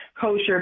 kosher